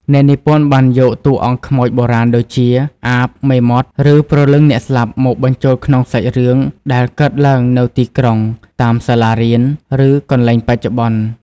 អ្នកនិពន្ធបានយកតួអង្គខ្មោចបុរាណដូចជា អាប មេមត់ ឬព្រលឹងអ្នកស្លាប់ មកបញ្ចូលក្នុងសាច់រឿងដែលកើតឡើងនៅទីក្រុង តាមសាលារៀន ឬកន្លែងបច្ចុប្បន្ន។